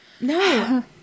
No